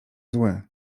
zły